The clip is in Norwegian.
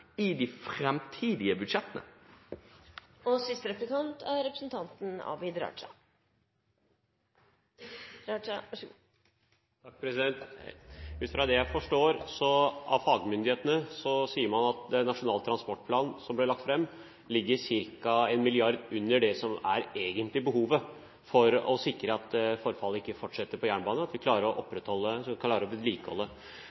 i de framtidige budsjettene? Ut fra det jeg forstår fra fagmyndighetene, sier man at Nasjonal transportplan, som ble lagt fram, ligger ca. 1 mrd. kr under det som egentlig er behovet for å sikre at forfallet ikke fortsetter på jernbanen – at vi kan klarer å